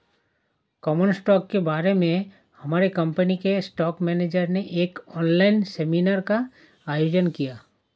common stock के बारे में हमारे कंपनी के स्टॉक मेनेजर ने एक ऑनलाइन सेमीनार का आयोजन किया